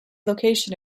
location